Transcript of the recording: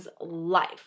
life